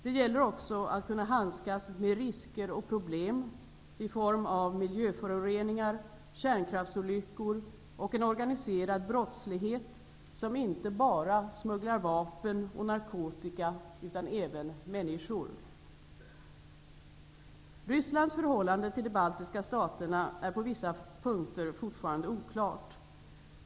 Det gäller också att kunna handskas med risker och problem i form av miljöföroreningar, kärnkraftsolyckor och en organiserad brottslighet, som inte bara smugglar vapen och narkotika utan även människor. Rysslands förhållande till de baltiska staterna är på vissa punkter fortfarande oklart.